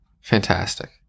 Fantastic